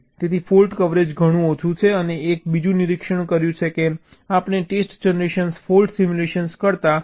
તેથી fault coverage ઘણું ઓછું છે અને એક બીજું નિરીક્ષણ કર્યું છે કે આપણે ટેસ્ટ જનરેશન ફોલ્ટ સિમ્યુલેશન કરતાં ધીમી છે